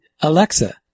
Alexa